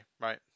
right